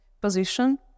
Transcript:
position